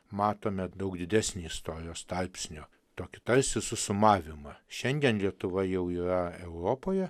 matome daug didesnį istorijos tarpsnio tokį tarsi susumavimą šiandien lietuva jau yra europoje